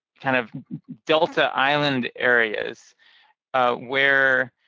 kind of delta island areas where